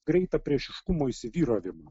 greitą priešiškumo įsivyravimą